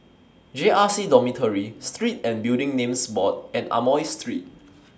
J R C Dormitory Street and Building Names Board and Amoy Street